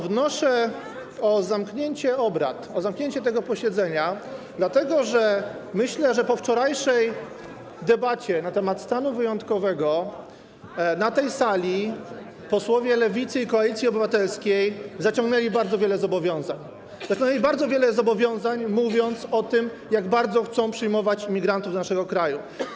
Wnoszę o zamknięcie obrad, o zamknięcie tego posiedzenia, dlatego że myślę, że po wczorajszej debacie na temat stanu wyjątkowego na tej sali posłowie Lewicy i Koalicji Obywatelskiej zaciągnęli bardzo wiele zobowiązań, mówiąc o tym, jak bardzo chcą przyjmować imigrantów do naszego kraju.